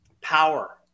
power